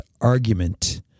argument